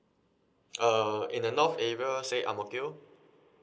uh in the north area say ang mo kio